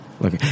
look